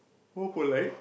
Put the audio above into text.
hopefully